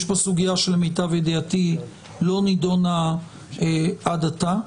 יש פה סוגיה שלמיטב ידיעתי לא נדונה עד עתה.